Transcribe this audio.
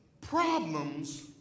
problems